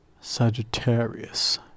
Sagittarius